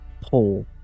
pull